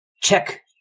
check